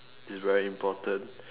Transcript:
is very important